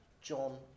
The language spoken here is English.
John